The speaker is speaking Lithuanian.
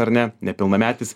ar ne nepilnametis